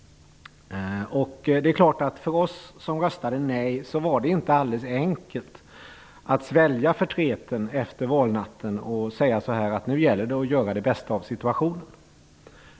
För oss som röstade nej var det inte alldeles enkelt att svälja förtreten efter valnatten och säga: Nu gäller det att göra det bästa av situationen.